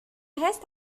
reste